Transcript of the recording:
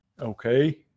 Okay